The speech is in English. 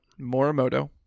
Morimoto